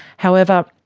however,